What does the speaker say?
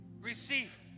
receive